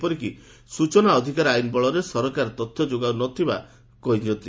ଏପରିକି ସୂଚନା ଅଧିକାର ଆଇନ ବଳରେ ସରକାର ତଥ୍ୟ ଯୋଗାଉ ନଥିବା କୁହାଯାଇଛି